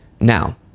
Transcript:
now